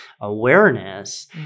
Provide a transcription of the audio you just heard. awareness